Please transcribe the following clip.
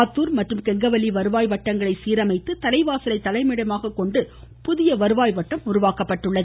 ஆத்தூர் மற்றும் கெங்கவல்லி வருவாய் வட்டங்களை சீரமைத்து தலைவாசலை தலைமை இடமாக கொண்டு புதிய வருவாய் வட்டம் உருவாக்கப்பட்டுள்ளது